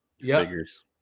Figures